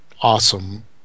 awesome